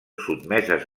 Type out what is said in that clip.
sotmeses